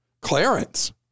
Clarence